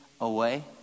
away